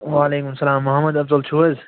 وَعلیکُم سَلام محمد افضل چھِو حظ